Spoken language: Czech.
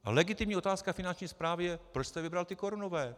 A legitimní otázka Finanční správy je: Proč jste vybral ty korunové?